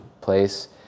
place